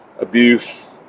abuse